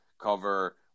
cover